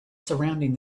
surrounding